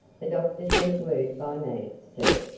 the doctor sent word by me, sir,